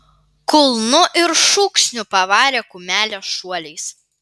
kulnu ir šūksniu pavarė kumelę šuoliais